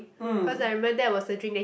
mm